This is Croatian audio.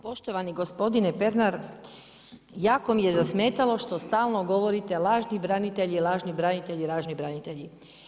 Poštovani gospodine Pernar, jako mi je zasmetalo što stalno govorite lažni branitelji, lažni branitelji, lažni branitelji.